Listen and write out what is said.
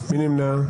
מי נמנע?